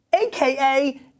AKA